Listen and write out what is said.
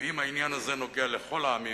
"ואם העניין נוגע לכל העמים,